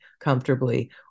comfortably